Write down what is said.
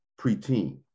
preteen